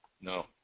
No